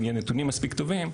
אם יהיו נתונים מספיק טובים,